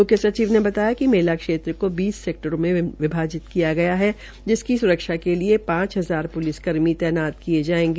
मुख्यसचिव ने बताया कि मेले क्षेत्र को बीस सेक्टरों में विभाजित किया गया है जिसकी सुरक्षा के लिए पांच हजार प्लिस कर्मीतैनात किये गये है